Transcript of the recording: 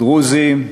דרוזים,